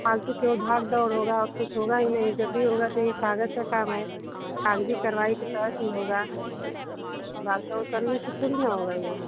फालतू के और भाग दौड़ होगा कुछ होगा ही नहीं जब भी ये होगा ये कागज का काम है कागजी कारवाही के तहत ही होगा भाग दौड़ करने से थोड़ी न होगा ये